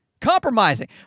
Compromising